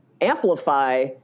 amplify